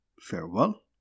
farewell